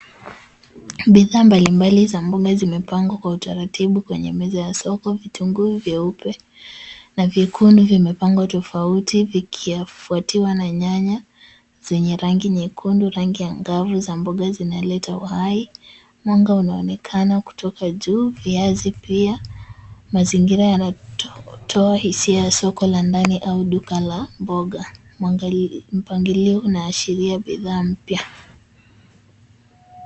Bidhaa mbalimbali za mboga zimepangwa kwa utaratibu kwenye meza ya soko. Vituunguu vyeupe na vyekundu vimepangwa tofauti vikifuatiwa na nyanya zenye rangi nyekundu, rangi angavu za mboga zinaleta uhai. Mwanga unaonekana kutoka juu viazi pia, mazingira yanatoa hisia soko la ndani ama duka la mboga. Mpangilio unaashiria bidhaa mpya.